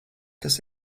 kas